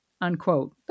Unquote